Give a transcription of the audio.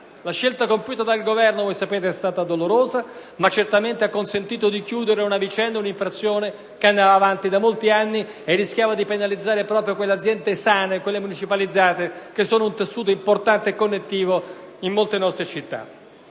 La scelta compiuta dal Governo è stata dolorosa, come sapete, ma ha consentito di chiudere una vicenda e un'infrazione che andava avanti da molti anni e rischiava di penalizzare proprio quelle aziende municipalizzate sane che costituiscono un importante tessuto connettivo in molte nostre città.